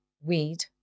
weed